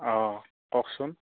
অঁ কওকচোন